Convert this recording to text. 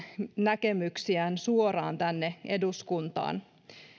näkemyksiään suoraan tänne eduskuntaan